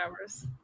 hours